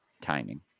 timing